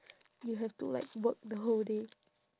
you have to like work the whole day